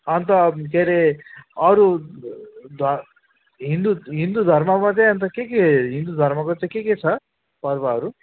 अन्त के रे अरू ध हिन्दू हिन्दू धर्ममा चाहिँ अन्त के के हिन्दू धर्मको चाहिँ के के छ पर्वहरू